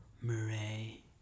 Murray